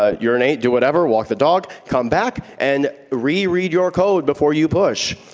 ah urinate, do whatever, walk the dog, come back, and re-read your code before you push.